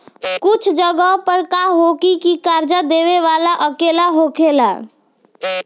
कुछ जगह पर का होला की कर्जा देबे वाला अकेला होखेला